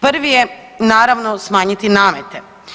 Prvi je naravno smanjiti namete.